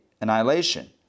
annihilation